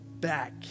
back